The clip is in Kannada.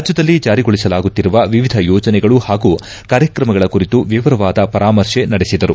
ರಾಜ್ಯದಲ್ಲಿ ಜಾರಿಗೊಳಿಸಲಾಗುತ್ತಿರುವ ವಿವಿಧ ಯೋಜನೆಗಳು ಹಾಗೂ ಕಾರ್ಯಕ್ರಮಗಳ ಕುರಿತು ವಿವರವಾದ ಪರಾಮರ್ಶೆ ನಡೆಸಿದರು